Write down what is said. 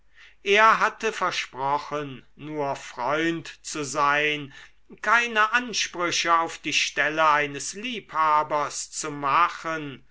er hatte versprochen nur freund zu sein keine ansprüche auf die stelle eines liebhabers zu machen